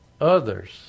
others